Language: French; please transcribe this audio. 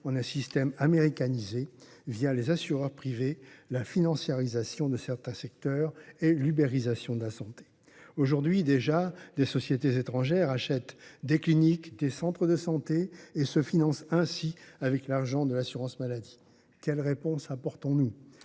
en un système américanisé, les assureurs privés, la financiarisation de certains secteurs et l’ubérisation de la santé. Aujourd’hui, déjà, des sociétés étrangères achètent des cliniques, des centres de santé et se financent, ainsi, avec l’argent de l’assurance maladie. Quelles réponses apportons nous ?